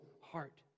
heart